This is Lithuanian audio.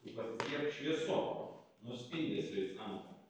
tu pasislėpk šviesoj nuo spindesio jis anka